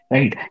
Right